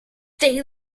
they